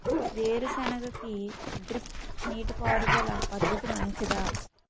వేరుసెనగ కి డ్రిప్ నీటిపారుదల పద్ధతి మంచిదా?